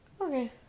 okay